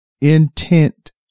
intent